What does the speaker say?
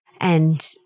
and-